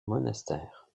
monastère